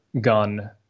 gun